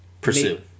Pursue